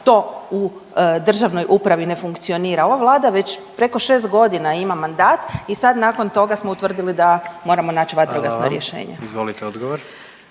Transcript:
to u državnoj upravi ne funkcionira. Ova Vlada već preko 6.g. ima mandat i sad nakon toga smo utvrdili da moramo nać vatrogasna rješenja. **Jandroković,